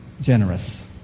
generous